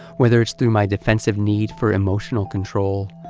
whether it's through my defensive need for emotional control,